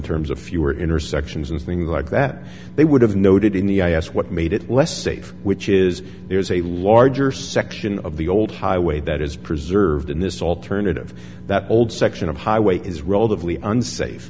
terms of fewer intersections and things like that they would have noted in the i asked what made it less safe which is there's a larger section of the old highway that is preserved in this alternative that old section of highway is relatively unsafe